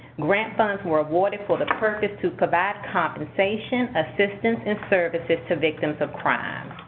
grant funds were awarded for the purpose to provide compensation, assistance, and services to victims of crime.